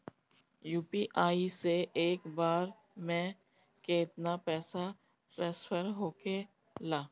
UPI से एक बार मे केतना पैसा ट्रस्फर होखे ला?